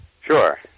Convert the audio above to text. Sure